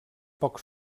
poc